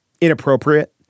inappropriate